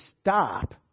stop